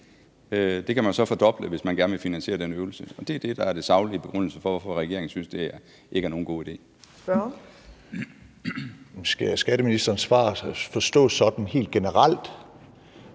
Det kan man jo så fordoble, hvis man gerne vil finansiere den øvelse, og det er det, der er den saglige begrundelse for, hvorfor regeringen synes, at det ikke er nogen god idé. Kl. 15:32 Fjerde næstformand (Trine Torp):